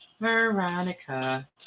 veronica